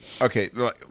Okay